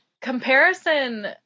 Comparison